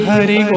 Hari